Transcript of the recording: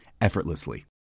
effortlessly